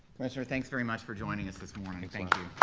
commissioner, thanks very much for joining us this morning, thanks